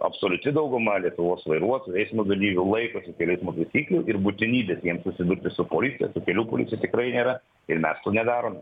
absoliuti dauguma lietuvos vairuotojų eismo dalyvių laikosi kelių eismo taisyklių ir būtinybės jiem susidurti su policija su kelių policija tikrai nėra ir mes to nedarome